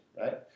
right